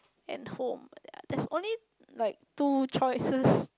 and home there's only like two choices